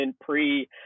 pre